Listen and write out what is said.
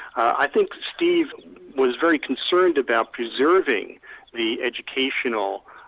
i think steve was very concerned about preserving the educational